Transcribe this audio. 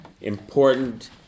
important